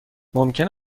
ممکن